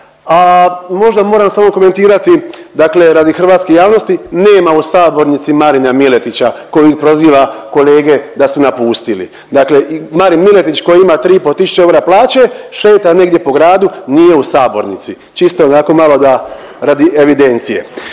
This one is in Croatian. A možda moram samo komentirati dakle radi hrvatske javnosti, nema u sabornici Marina Miletića koji proziva kolege da su napustili, dakle i Marin Miletić koji ima 3,5 tisuće eura plaće šeta negdje po gradu nije u sabornici, čisto onako malo da radi evidencije